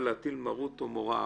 ישי, אמרת,